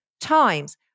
times